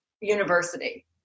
university